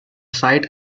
site